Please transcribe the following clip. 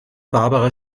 barbara